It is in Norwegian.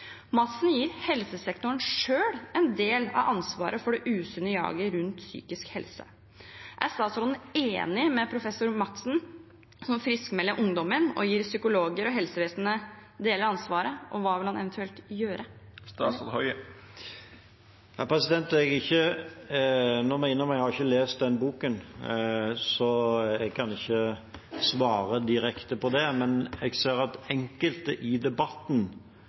gir helsesektoren selv en del av ansvaret for det usunne jaget rundt psykisk helse. Er statsråden enig med professor Madsen, som friskmelder ungdommen og gir psykologer og helsevesenet deler av ansvaret, og hva vil han eventuelt gjøre? Jeg må innrømme at jeg ikke har lest den boken, så jeg kan ikke svare direkte på det. Men jeg ser at enkelte i debatten